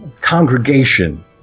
congregation